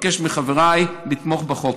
אבקש מחבריי לתמוך בחוק.